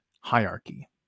hierarchy